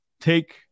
take